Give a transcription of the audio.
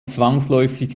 zwangsläufig